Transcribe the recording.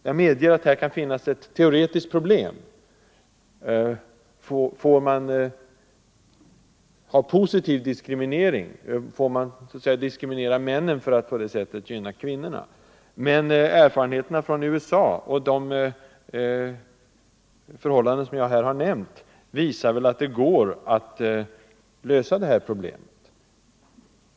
Jag medger att här kan finnas ett teoretiskt problem: Får det förekomma positiv diskriminering, får man så att säga diskriminera männen för att på det sättet gynna kvinnorna? Men erfarenheterna från USA och de förhållanden som jag här nämnt visar att det går att lösa problemet.